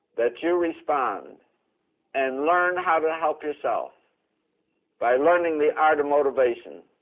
that you respond and learn how to help yourself by learning the art of motivation